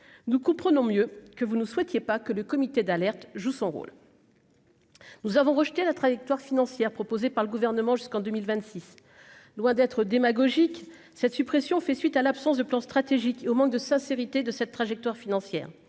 nous comprenons mieux que vous ne souhaitiez pas que le comité d'alerte joue son rôle. Nous avons rejeté la trajectoire financière proposée par le gouvernement jusqu'en 2026 loin d'être démagogique cette suppression fait suite à l'absence de plan stratégique au manque de sincérité de cette trajectoire financière,